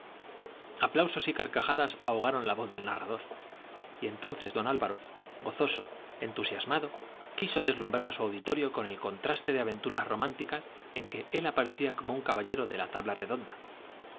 aplausos y carcajadas ahogaron la voz del narrador y entonces don álvaro gozoso entusiasmado quiso deslumbrar a su auditorio con el contraste de aventuras románticas en que él aparecía como un caballero de la tabla redonda